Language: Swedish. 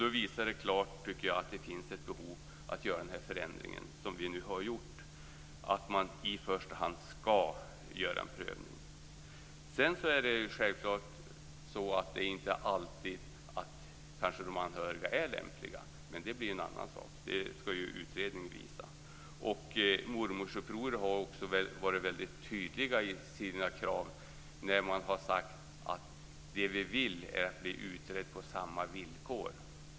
Det visar klart, tycker jag, att det finns behov av att göra den förändring som vi nu har gjort, alltså att man i första hand skall göra en prövning. Sedan är det självklart så att de anhöriga kanske inte alltid är lämpliga. Men det blir en annan sak. Det skall ju utredningen visa. Inom mormorsupproret har man också varit väldigt tydliga i sina krav när man har sagt att det vi vill är att bli utredda på samma villkor.